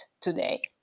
today